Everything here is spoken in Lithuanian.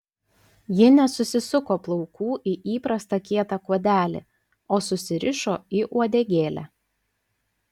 ji nesusisuko plaukų į įprastą kietą kuodelį o susirišo į uodegėlę